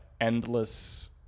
endless